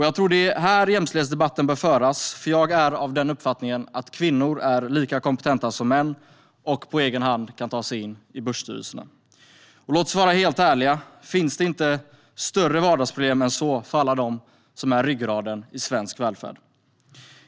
Jag tror att det är här jämställdhetsdebatten bör föras, för jag är av uppfattningen att kvinnor är lika kompetenta som män och på egen hand kan ta sig in i börsstyrelserna. Och låt oss vara helt ärliga: Finns det inte större vardagsproblem än så för alla dem som är ryggraden i svensk välfärd?